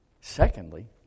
Secondly